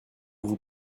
vous